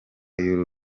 y’uru